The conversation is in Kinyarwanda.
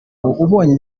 ubonye